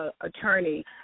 attorney